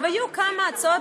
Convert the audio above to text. היו כמה הצעות,